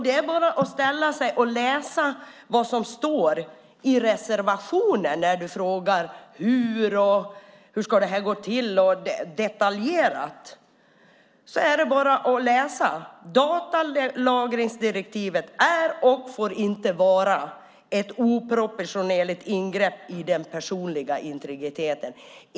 Det är bara att sätta sig och läsa vad som står i reservationen. Du frågar detaljerat hur det här ska gå till. Det är bara att läsa! Datalagringsdirektivet är och får inte vara ett oproportionerligt ingrepp i den personliga integriteten.